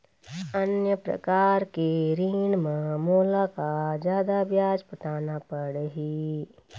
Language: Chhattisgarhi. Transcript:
अन्य प्रकार के ऋण म मोला का जादा ब्याज पटाना पड़ही?